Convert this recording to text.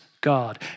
God